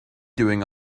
doing